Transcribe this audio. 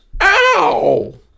Ow